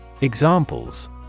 Examples